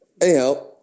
anyhow